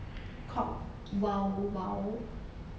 called wowo